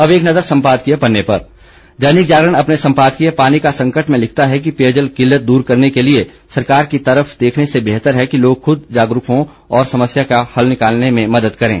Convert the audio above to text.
अब एक नज़र सम्पादकीय पन्ने पर दैनिक जागरण अपने संपादकीय पानी का संकट में लिखता है कि पेयजल किल्लत दूर करने के लिए सरकार की तरफ देखने से बेहतर है कि लोग खुद जागरूक हों और समस्या का हल निकालने में मदद करें